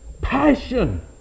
passion